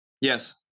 yes